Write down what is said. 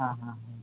हां हां हां